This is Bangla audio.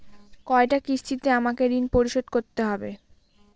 কয়টা কিস্তিতে আমাকে ঋণ পরিশোধ করতে হবে?